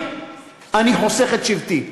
אני חוסך את שבטי.